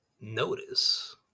notice